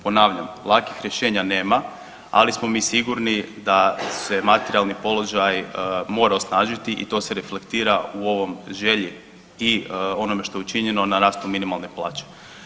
Ponavljam, lakih rješenja nema, ali smo mi sigurni da se materijalni položaj mora osnažiti i to se reflektira u ovom želji i onome što je učinjeno na rastu minimalne plaće.